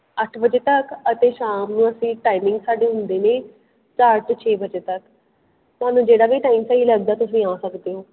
ਅੱਠ ਵਜੇ ਤੱਕ ਅਤੇ ਸ਼ਾਮ ਨੂੰ ਅਸੀਂ ਟਾਈਮਿੰਗ ਸਾਡੇ ਹੁੰਦੇ ਨੇ ਚਾਰ ਤੋਂ ਛੇ ਵਜੇ ਤੱਕ ਤੁਹਾਨੂੰ ਜਿਹੜਾ ਵੀ ਟਾਈਮ ਸਹੀ ਲੱਗਦਾ ਤੁਸੀਂ ਆ ਸਕਦੇ ਹੋ